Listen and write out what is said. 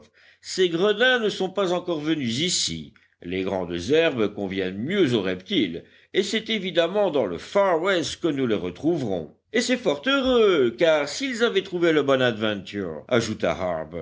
ces gredins ne sont pas encore venus ici les grandes herbes conviennent mieux aux reptiles et c'est évidemment dans le far west que nous les retrouverons et c'est fort heureux car s'ils avaient trouvé le bonadventure ajouta